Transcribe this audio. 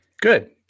Good